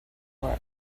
work